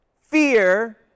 fear